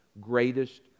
greatest